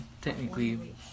technically